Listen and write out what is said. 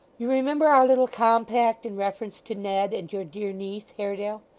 you remember our little compact in reference to ned, and your dear niece, haredale?